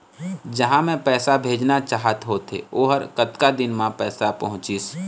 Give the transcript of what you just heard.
जहां मैं पैसा भेजना चाहत होथे ओहर कतका दिन मा पैसा पहुंचिस?